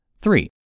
Three